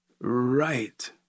Right